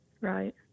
Right